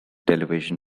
television